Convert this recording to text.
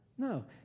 No